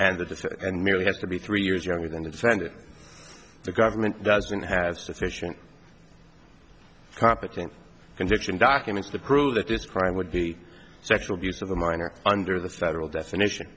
defense and merely has to be three years younger than the defendant the government doesn't have sufficient competent conviction documents to prove that this crime would be sexual abuse of a minor under the federal definition